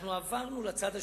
אנחנו עברנו לצד השני.